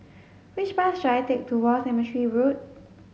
which bus should I take to War Cemetery Road